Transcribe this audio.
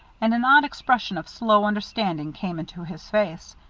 and an odd expression of slow understanding came into his face.